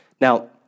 Now